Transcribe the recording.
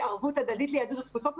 ערבות הדדית ליהדות התפוצות.